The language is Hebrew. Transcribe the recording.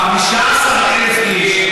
15,000 איש,